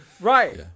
Right